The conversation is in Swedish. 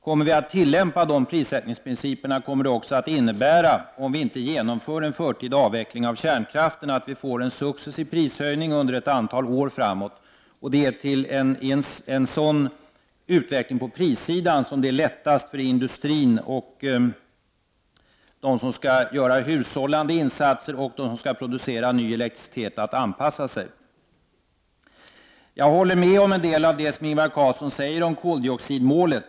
Kommer vi att tillämpa de prissättningsprinciperna, kommer det också att innebära, om vi inte genomför en förtida avveckling av kärnkraften, att vi får en successiv prishöjning under ett antal år framåt. Det är till en sådan utveckling på prissidan som det är lättast för industrin, för dem som skall göra hushållande insatser och för dem som skall producera ny elektricitet, att anpassa sig. Jag håller med om en del av det som Ingvar Carlsson säger om koldioxidmålet.